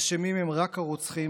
אשמים הם רק הרוצחים,